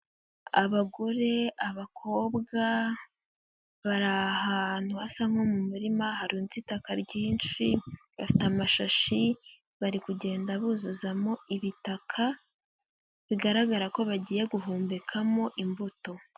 Abagore, abakobwa bari ahantu hasa nko mu murima harunze itaka ryinshi, bafite amashashi bari kugenda buzuzamo ibitaka, bigaragara ko bagiye guhumbekamo imbuto.